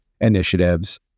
Initiatives